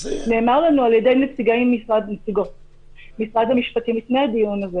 נאמר לנו על-ידי נציגות משרד מהמשפטים לפני הדיון הזה